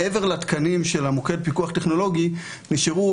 מעבר לתקנים של מוקד הפיקוח הטכנולוגי נשארו